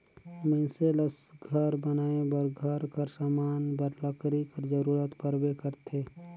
मइनसे ल घर बनाए बर, घर कर समान बर लकरी कर जरूरत परबे करथे